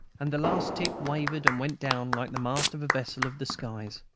and the last tip wavered and went down like the mast of a vessel of the skies.